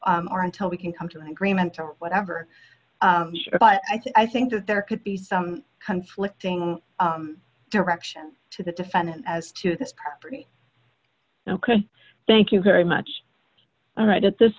case or until we can come to an agreement or whatever but i think that there could be some conflicting directions to the defendant as to this property ok thank you very much all right at this